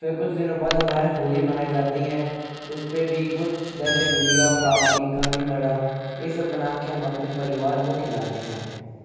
फिर कुछ दिनों बाद हमारे होली बनाई जाती है इस पर भी कुछ जैसे गुजिया पापड़ी कांजी बड़ा यह सब बनाके हम अपने परिवार को खिलाते हैं